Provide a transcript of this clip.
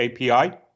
API